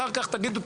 אחר כך תדונו,